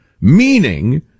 meaning